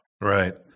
Right